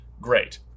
Great